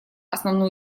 основную